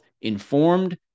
informed